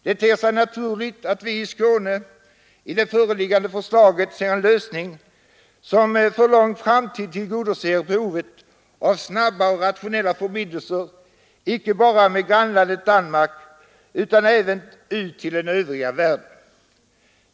Det ter sig naturligt att vi i Skåne i det föreliggande förslaget ser en lösning som för lång framtid tillgodoser behovet av snabba och rationella förbindelser icke bara med grannlandet Danmark utan även ut till den övriga världen.